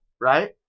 Right